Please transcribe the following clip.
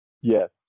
yes